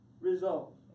results